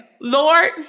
Lord